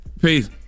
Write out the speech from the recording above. Peace